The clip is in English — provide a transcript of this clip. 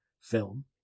film